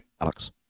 Alex